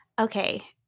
Okay